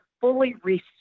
fully